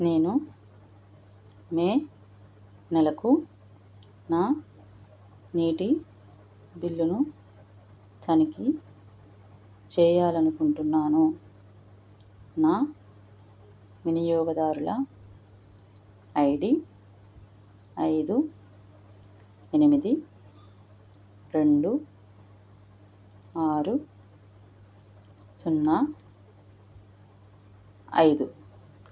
నేను మే నెలకు నా నీటి బిల్లును తనిఖీ చేయాలి అనుకుంటున్నాను నా వినియోగదారుల ఐ డీ ఐదు ఎనిమిది రెండు ఆరు సున్నా ఐదు